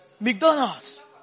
McDonald's